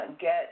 get